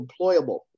employable